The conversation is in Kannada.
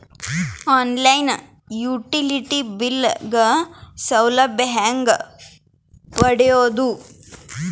ಆನ್ ಲೈನ್ ಯುಟಿಲಿಟಿ ಬಿಲ್ ಗ ಸೌಲಭ್ಯ ಹೇಂಗ ಪಡೆಯೋದು?